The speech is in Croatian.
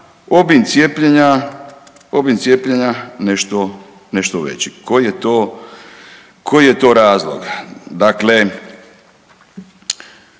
obim cijepljenja nešto veći? Koji je to razlog? Dakle